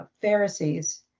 Pharisees